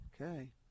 Okay